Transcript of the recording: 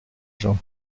gens